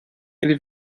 ele